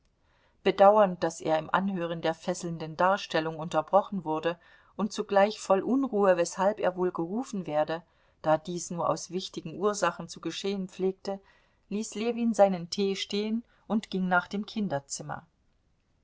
bedauernd daß er im anhören der fesselnden darstellung unterbrochen wurde und zugleich voll unruhe weshalb er wohl gerufen werde da dies nur aus wichtigen ursachen zu geschehen pflegte ließ ljewin seinen tee stehen und ging nach dem kinderzimmer